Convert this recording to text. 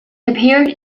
appeared